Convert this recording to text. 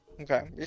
Okay